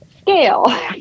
scale